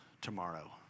tomorrow